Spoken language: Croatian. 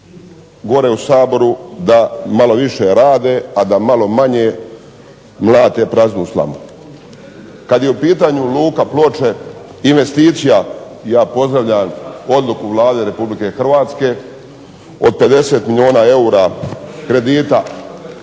gore u Saboru da malo više rade, a da malo manje mlate praznu slamu. Kad je u pitanju Luka Ploče, investicija ja pozdravljam odluku Vlade Republike Hrvatske od 50 milijuna eura kredita